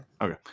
Okay